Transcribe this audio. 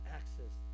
access